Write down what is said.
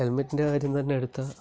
ഹെല്മറ്റിന്റെ കാര്യം തന്നെ എടുത്താൽ